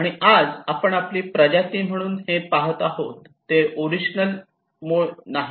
आणि आज आपण प्रजाती म्हणून जे पहात आहोत ते ओरिजनल नाही